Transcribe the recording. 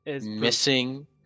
Missing